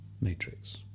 matrix